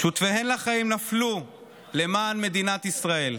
שותפיהן לחיים נפלו למען מדינת ישראל.